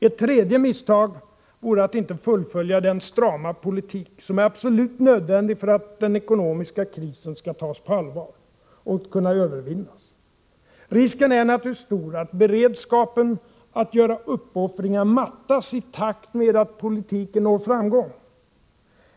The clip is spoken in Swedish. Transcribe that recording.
Ett tredje misstag vore att inte fullfölja den strama politik som är absolut nödvändig för att den ekonomiska krisen skall tas på allvar och kunna övervinnas. Risken är naturligtvis stor att beredskapen att göra uppoffringar mattas i takt med att politiken når framgång.